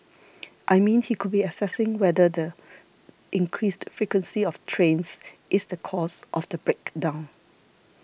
I mean he could be assessing whether the increased frequency of trains is the cause of the break down